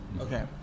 Okay